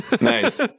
Nice